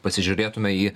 pasižiūrėtume į